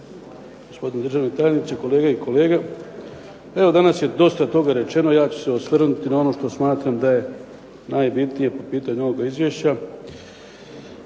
Hvala.